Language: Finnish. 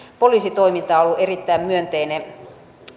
poliisitoiminta on ollut erittäin myönteinen